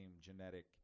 genetic